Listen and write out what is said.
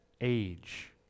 age